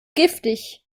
giftig